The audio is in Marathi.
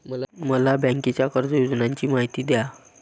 मला बँकेच्या कर्ज योजनांची माहिती द्या